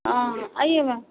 हँ आइए ने